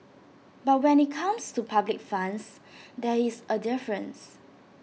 but when IT comes to public funds there is A difference